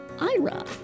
Ira